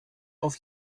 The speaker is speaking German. auf